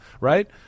right